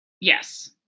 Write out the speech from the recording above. yes